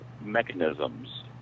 mechanisms